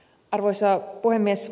arvoisa puhemies